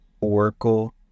Oracle